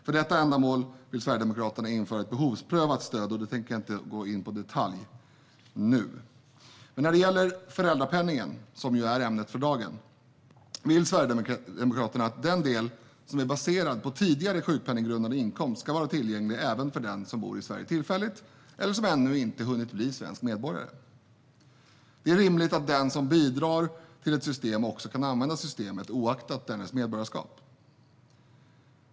För detta ändamål vill Sverigedemokraterna införa ett behovsprövat stöd, men det tänker jag inte gå in på i detalj nu. När det gäller föräldrapenningen, som är ämnet för dagen, vill Sverigedemokraterna att den del som är baserad på tidigare sjukpenninggrundande inkomst ska vara tillgänglig även för den som bor i Sverige tillfälligt eller som ännu inte hunnit bli svensk medborgare. Det är rimligt att den som bidrar till ett system också kan använda systemet, oavsett medborgarskap.